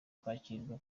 kwiyakirira